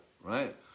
right